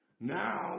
Now